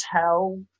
tell